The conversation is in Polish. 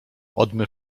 odmy